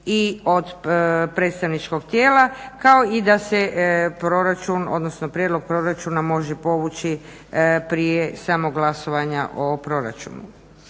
i od predstavničkog tijela kao i da se proračun, odnosno prijedlog proračuna može povući prije samog glasovanja o proračunu.